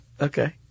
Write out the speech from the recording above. Okay